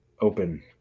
Open